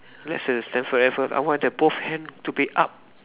that's a Stamford Raffles I want that both hand to be up